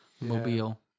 mobile